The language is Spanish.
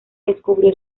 descubrió